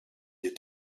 est